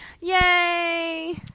Yay